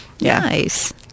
Nice